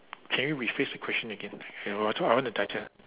can you rephrase the question again